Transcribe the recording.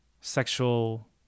sexual